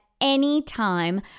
anytime